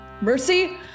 Mercy